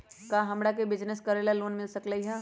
का हमरा के बिजनेस करेला लोन मिल सकलई ह?